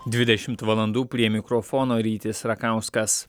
dvidešimt valandų prie mikrofono rytis rakauskas